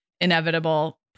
inevitable